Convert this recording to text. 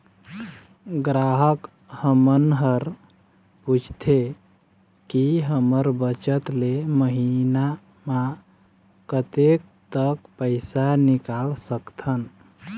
ग्राहक हमन हर पूछथें की हमर बचत ले महीना मा कतेक तक पैसा निकाल सकथन?